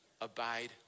abide